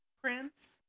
Prince